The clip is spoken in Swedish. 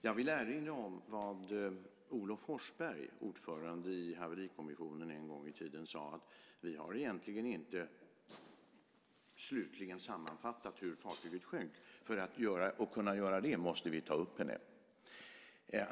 Jag vill erinra om vad Olof Forsberg, ordförande i haverikommissionen, en gång i tiden sade: Vi har egentligen inte slutligen sammanfattat hur fartyget sjönk, och för att kunna göra det måste vi ta upp henne.